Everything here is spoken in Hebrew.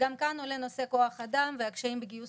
וגם כאן עולה נושא כוח אדם והקשיים בגיוס